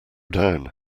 down